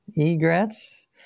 egrets